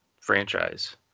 franchise